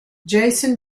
jason